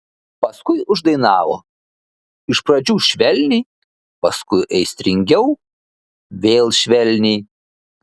paskui uždainavo iš pradžių švelniai paskui aistringiau vėl švelniai